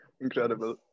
Incredible